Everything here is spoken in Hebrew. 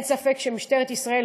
אין ספק שמשטרת ישראל,